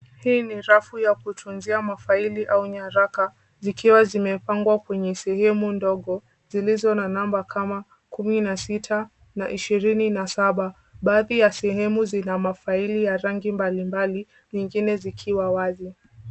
Hii ni rafu ya kutunzia mafaili au nyaraka zikiwa zimepangwa kwenye sehemu ndogo zilizo na namba kama kumi na sita na ishirini na saba. Baadhi ya sehemu zina mafaili ya rangi mbalimbali nyingine zikiwa wazi.